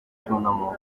cyunamo